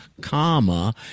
comma